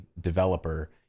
developer